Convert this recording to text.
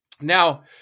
Now